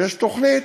ויש תוכנית,